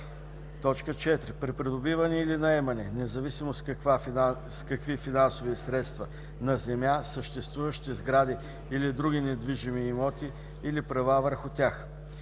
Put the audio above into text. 4. при придобиване или наемане, независимо с какви финансови средства, нa земя, съществуващи сгради или други недвижими имоти, или правa върху тях;